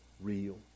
real